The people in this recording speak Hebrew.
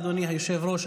אדוני היושב-ראש,